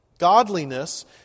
Godliness